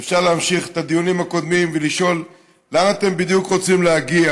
אפשר להמשיך את הדיונים הקודמים ולשאול לאן אתם בדיוק רוצים להגיע,